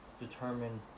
determine